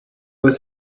was